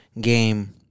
game